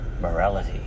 morality